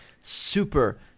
super